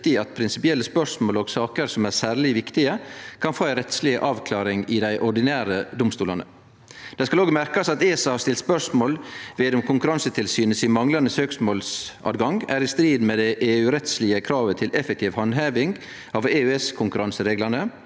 at prinsipielle spørsmål og saker som er særleg viktige, kan få ei rettsleg avklaring i dei ordinære domstolane. Det skal òg merkast at ESA har stilt spørsmål om Konkurransetilsynet sin manglande søksmålsadgang er i strid med det EØS-rettslege kravet til effektiv handheving av EØS-konkurransereglane,